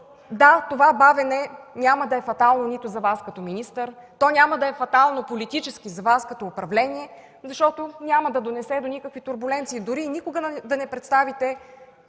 Да, това бавене няма да е фатално за Вас като министър, то няма да е фатално политически за Вас като управление, защото няма да доведе до никакви турболенции, дори никога да не представите